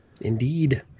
Indeed